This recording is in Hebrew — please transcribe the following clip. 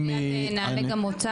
נעלה גם אותה.